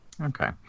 Okay